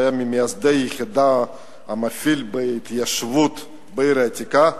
שהיה ממייסדי היחידה ומפעל ההתיישבות בעיר העתיקה,